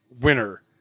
winner